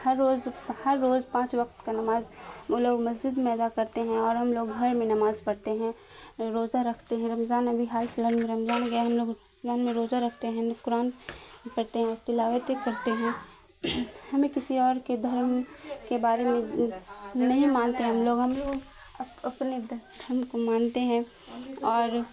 ہر روز ہر روز پانچ وقت کا نماز وہ لوگ مسجد میں ادا کرتے ہیں اور ہم لوگ گھر میں نماز پڑھتے ہیں روزہ رکھتے ہیں رمضان ابھی حال فی الحال میں رمضان گیا ہم لوگ رمضان میں روزہ رکھتے ہیں قرآن پڑھتے ہیں اور تلاوت کرتے ہیں ہمیں کسی اور کے دھرم کے بارے میں نہیں مانتے ہیں ہم لوگ ہم لوگ اپنے اپنے دھرم کو مانتے ہیں اور